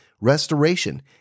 restoration